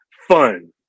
Fun